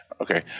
Okay